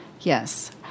yes